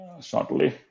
shortly